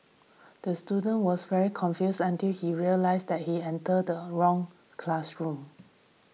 the student was very confused until he realised that he entered the wrong classroom